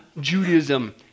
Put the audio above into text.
Judaism